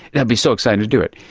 it would be so exciting to do it.